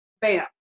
bam